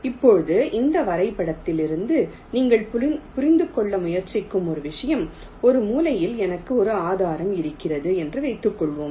இப்போது இந்த வரைபடத்திலிருந்து நீங்கள் புரிந்து கொள்ள முயற்சிக்கும் ஒரு விஷயம் ஒரு மூலையில் எனக்கு ஒரு ஆதாரம் இருக்கிறது என்று வைத்துக்கொள்வோம்